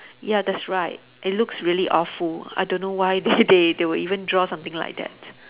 ya that's right it looks really awful I don't know why they they they will even draw something like that